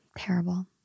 terrible